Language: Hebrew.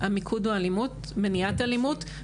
המיקוד הוא אלימות ומניעת אלימות,